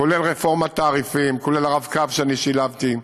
כולל רפורמת תעריפים, כולל הרב-קו שאני שילבתי,